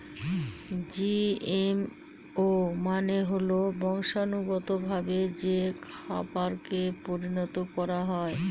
GMO মানে হল বংশানুগতভাবে যে খাবারকে পরিণত করা হয়